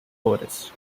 forests